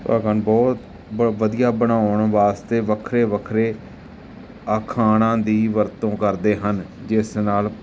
ਅਖਣ ਬਹੁਤ ਵਧੀਆ ਬਣਾਉਂਣ ਵਾਸਤੇ ਵੱਖਰੇ ਵੱਖਰੇ ਅਖਾਣਾ ਦੀ ਵਰਤੋਂ ਕਰਦੇ ਹਨ ਜਿਸ ਨਾਲ